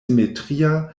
simetria